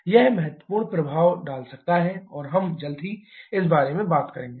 यह महत्वपूर्ण प्रभाव डाल सकता है और हम जल्द ही इस बारे में भी बात करेंगे